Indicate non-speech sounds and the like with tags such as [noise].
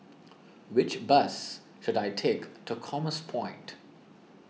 [noise] which bus should I take to Commerce Point